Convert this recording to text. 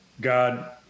God